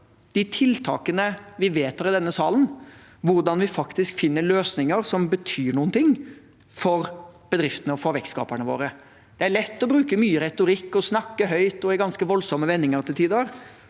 de tiltakene vi vedtar i denne salen, og hvordan vi faktisk finner løsninger som betyr noe for bedriftene og vekstskaperne våre. Det er lett å bruke mye retorikk og snakke høyt og i ganske voldsomme vendinger til tider,